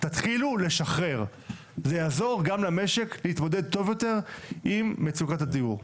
תתחילו לשחרר זה יעזור גם למשק להתמודד טוב יותר עם מצוקת הדיור.